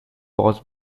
was